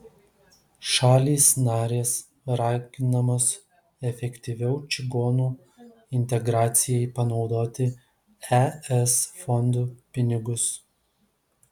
šalys narės raginamos efektyviau čigonų integracijai panaudoti es fondų pinigus